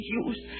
use